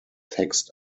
text